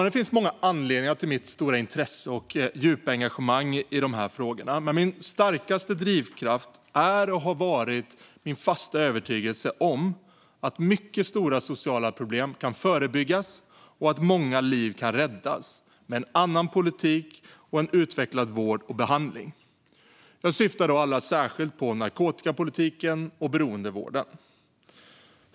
Det finns många anledningar till mitt stora intresse och djupa engagemang i frågorna, men min starkaste drivkraft är och har varit min fasta övertygelse om att mycket stora sociala problem kan förebyggas och att många liv kan räddas med en annan politik och en utvecklad vård och behandling. Jag syftar då särskilt på narkotikapolitiken och beroendevården.